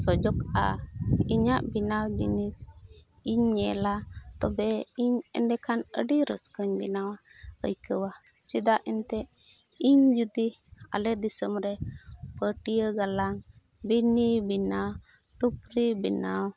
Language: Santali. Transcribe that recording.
ᱥᱩᱡᱳᱜᱽᱼᱟ ᱤᱧᱟᱹᱜ ᱵᱮᱱᱟᱣ ᱡᱤᱱᱤᱥ ᱤᱧ ᱧᱮᱞᱟ ᱛᱚᱵᱮ ᱤᱧ ᱮᱸᱰᱮᱠᱷᱟᱱ ᱟᱹᱰᱤ ᱨᱟᱹᱥᱠᱟᱹᱧ ᱵᱮᱱᱟᱣᱟ ᱟᱹᱭᱠᱟᱹᱣᱟ ᱪᱮᱫᱟᱜ ᱮᱱᱛᱮᱫ ᱤᱧ ᱡᱩᱫᱤ ᱟᱞᱮ ᱫᱤᱥᱚᱢ ᱨᱮ ᱯᱟᱹᱴᱤᱭᱟᱹ ᱜᱟᱞᱟᱝ ᱵᱤᱸᱰᱤ ᱵᱮᱱᱟᱣ ᱴᱩᱯᱨᱤ ᱵᱮᱱᱟᱣ